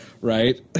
Right